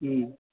ಹ್ಞೂ